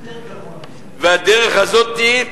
יותר גרוע מזה.